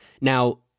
Now